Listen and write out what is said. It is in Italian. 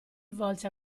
volse